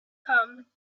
come